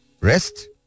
Rest